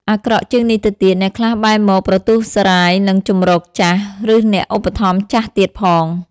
អាក្រក់ជាងនេះទៅទៀត អ្នកខ្លះបែរមកប្រទូសរ៉ាយនឹងជម្រកចាស់ ឬអ្នកឧបត្ថម្ភចាស់ទៀតផង ។